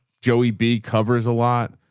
joey b covers a lot.